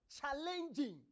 challenging